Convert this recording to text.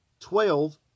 twelve